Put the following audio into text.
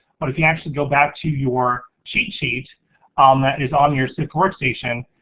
but if you actually go back to your cheat sheet um that is on your sift workstation,